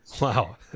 Wow